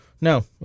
no